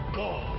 god